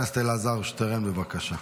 חבר הכנסת אלעזר שטרן, בבקשה.